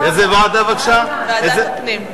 הצבעה על ועדת הפנים,